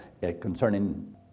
concerning